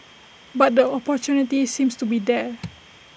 but the opportunity seems to be there